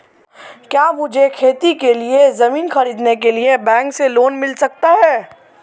क्या मुझे खेती के लिए ज़मीन खरीदने के लिए बैंक से लोन मिल सकता है?